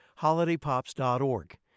holidaypops.org